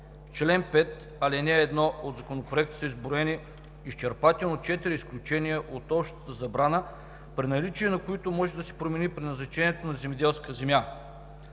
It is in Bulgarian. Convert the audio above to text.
чл. 5, ал. 1 от Законопроекта са изброени изчерпателно четири изключения от общата забрана при наличие, на които може да се промени предназначението на земеделска земя.